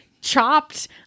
chopped